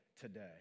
today